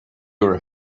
were